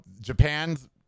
Japan's